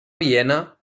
viena